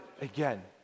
again